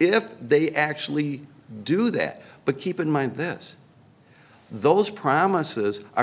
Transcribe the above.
if they actually do that but keep in mind this those promises are